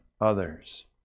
others